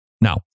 Now